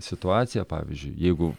situacija pavyzdžiui jeigu